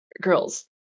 girls